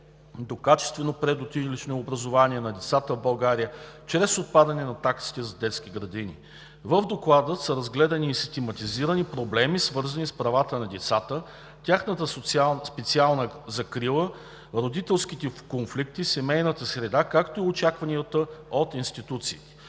до качествено предучилищно образование на децата в България чрез отпадане на таксите за детските градини. В Доклада са разгледани и систематизирани проблеми, свързани с правата на децата, тяхната специална закрила, родителските конфликти, семейната среда, както и очакванията от институциите.